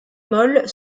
molle